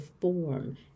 form